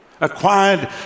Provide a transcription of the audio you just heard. Acquired